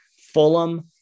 Fulham